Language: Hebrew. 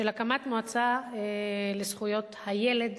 של הקמת מועצה לזכויות הילד,